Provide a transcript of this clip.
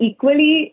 Equally